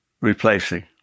replacing